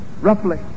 roughly